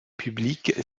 publique